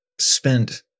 spent